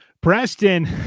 Preston